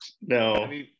No